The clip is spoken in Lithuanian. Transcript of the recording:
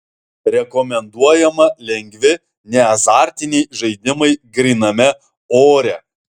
rekomenduojama lengvi neazartiniai žaidimai gryname ore